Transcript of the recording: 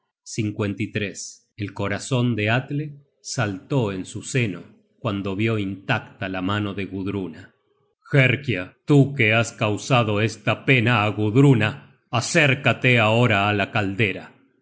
search generated at el corazon de atle saltó en su seno cuando vió intacta la mano de gudruna herkia tú que has causado esta pena á gudruna acércate ahora á la caldera